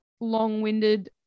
long-winded